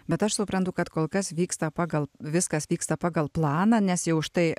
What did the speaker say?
bet aš suprantu kad kol kas vyksta pagal viskas vyksta pagal planą nes jau štai